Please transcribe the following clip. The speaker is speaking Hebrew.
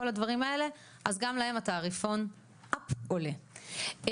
כל הדברים האלה אז גם התעריפון up עולה ולכן,